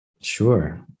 Sure